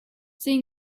seen